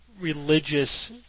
religious